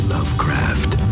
Lovecraft